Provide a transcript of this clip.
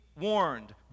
warned